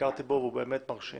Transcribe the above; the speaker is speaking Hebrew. ביקרתי בו והוא באמת מרשים